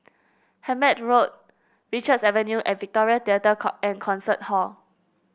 Hemmant Road Richards Avenue and Victoria Theatre and Concert Hall